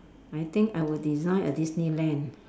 I think I would design a Disneyland